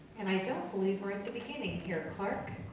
and i don't believe we're at the beginning here, clark.